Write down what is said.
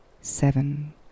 seven